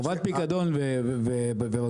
חובת פיקדון ובקבוקים,